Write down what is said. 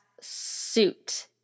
suit